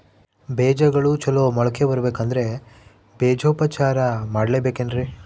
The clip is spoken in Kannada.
ಬೇಜಗಳು ಚಲೋ ಮೊಳಕೆ ಬರಬೇಕಂದ್ರೆ ಬೇಜೋಪಚಾರ ಮಾಡಲೆಬೇಕೆನ್ರಿ?